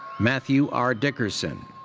matthew r. dickerson.